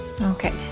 Okay